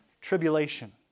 tribulation